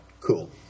Cool